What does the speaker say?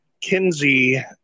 Kinsey